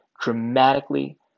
dramatically